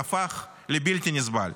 והפך לבלתי נסבל.